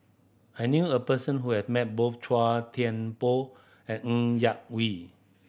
I knew a person who have met both Chua Thian Poh and Ng Yak Whee